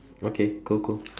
okay cool cool